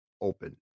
open